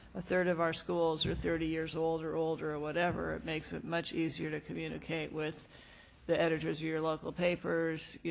a third of our schools are thirty years old or older or whatever, it makes it much easier to communicate with the editors of your local papers, yeah